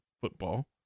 football